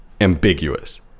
ambiguous